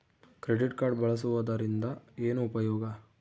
Credit card ಬಳಸುವದರಿಂದ ಏನು ಉಪಯೋಗ?